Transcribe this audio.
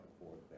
forward